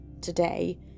today